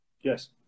yes